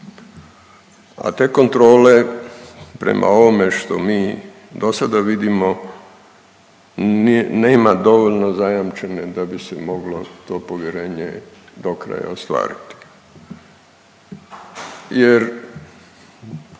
a te kontrole, prema ovome što mi do sada vidimo, nema dovoljno zajamčene da bi se moglo to povjerenje do kraja ostvariti